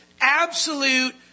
absolute